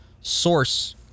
source